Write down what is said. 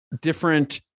different